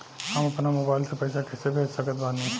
हम अपना मोबाइल से पैसा कैसे भेज सकत बानी?